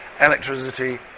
electricity